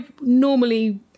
normally